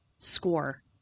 score